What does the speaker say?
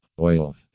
oil